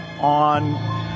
on